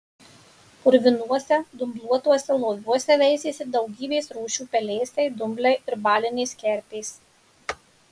purvinuose dumbluotuose loviuose veisėsi daugybės rūšių pelėsiai dumbliai ir balinės kerpės